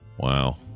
Wow